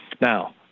Now